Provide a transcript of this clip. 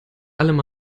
mal